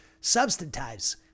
substantives